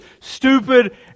stupid